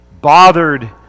bothered